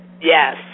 Yes